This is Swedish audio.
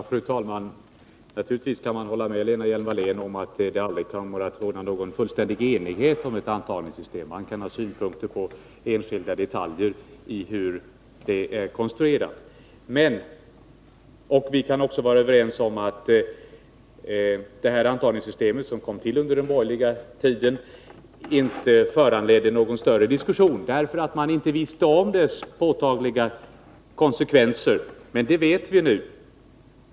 Fru talman! Naturligtvis kan man hålla med Lena Hjelm-Wallén om att det aldrig kan råda någon fullständig enighet om ett intagningssystem. Man kan ha synpunkter på enskilda detaljer i konstruktionen. Men vi kan också vara överens om att det här intagningssystemet, som kom till under den borgerliga regeringstiden, inte föranledde någon större diskussion, därför att man inte visste om dess påtagliga konsekvenser. Men dem känner vi till nu.